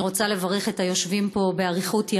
אני רוצה לברך את היושבים פה באריכות ימים,